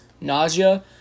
nausea